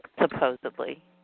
supposedly